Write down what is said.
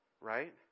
Right